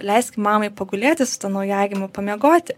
leiskim mamai pagulėti su tuo naujagimiu pamiegoti